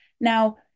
Now